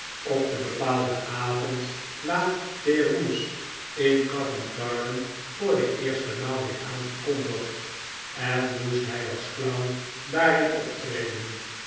op den bepaalden avond la perouse in covent-garden voor de eerste maal weer aangekondigd en moest hij als clown daarin optreden